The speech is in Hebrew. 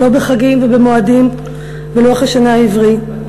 לא בחגים ובמועדים ובציון לוח השנה העברי,